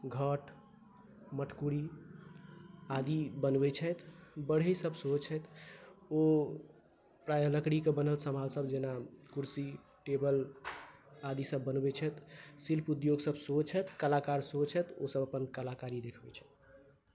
घट मटकूरी आदि बनबैत छथि बढ़इसभ सेहो छथि ओ प्रायः लकड़ीके बनल सामानसभ जेना कुर्सी टेबल आदिसभ बनबैत छथि शिल्प उद्योगसभ सेहो छथि कलाकार सेहो छथि ओसभ अपन कलाकारी देखबैत छथि